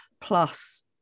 plus